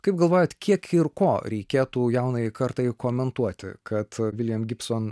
kaip galvojat kiek ir ko reikėtų jaunąjai kartai komentuoti kad william gibson